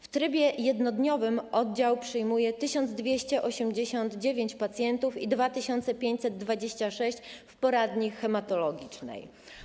W trybie jednodniowym oddział przyjmuje 1289 pacjentów i 2526 w poradni hematologicznej.